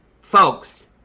Folks